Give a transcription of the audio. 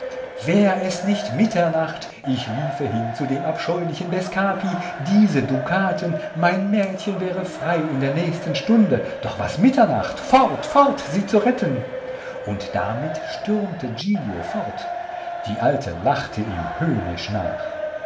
wär es nicht mitternacht ich liefe hin zu dem abscheulichen bescapi diese dukaten mein mädchen wäre frei in der nächsten stunde doch was mitternacht fort fort sie zu retten und damit stürmte giglio fort die alte lachte ihm höhnisch nach